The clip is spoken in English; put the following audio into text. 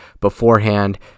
beforehand